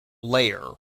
layer